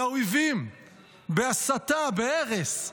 לאויבים, בהסתה, בהרס.